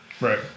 Right